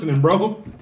bro